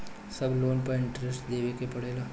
सब लोन पर इन्टरेस्ट देवे के पड़ेला?